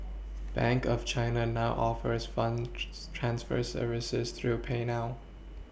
bank of China now offers funds transfer services through payNow